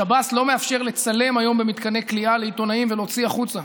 שב"ס לא מאפשר לצלם היום במתקני כליאה לעיתונאים ולהוציא החוצה.